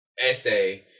essay